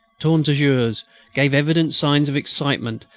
tourne-toujours gave evident signs of excitement.